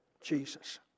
Jesus